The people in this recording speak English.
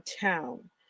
town